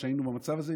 כשהיינו במצב הזה,